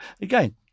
again